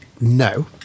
no